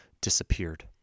disappeared